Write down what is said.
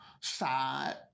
side